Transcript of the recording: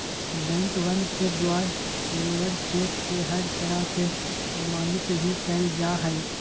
बैंकवन के द्वारा लेबर चेक के हर तरह से प्रमाणित भी कइल जा हई